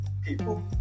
people